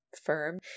firm